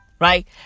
Right